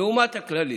לעומת הכללי